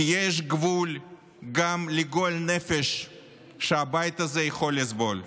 כי יש גבול גם לגועל הנפש שהבית הזה יכול לסבול,